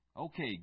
Okay